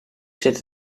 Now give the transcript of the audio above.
zit